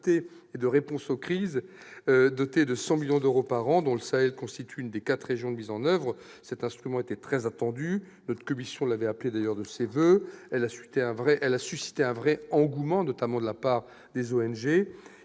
et de réponse aux crises », dotée de 100 millions d'euros par an, dont le Sahel constitue l'une des quatre régions de mise en oeuvre. Cet instrument, très attendu, que notre commission avait appelé de ses voeux, a suscité un véritable engouement de la part des ONG.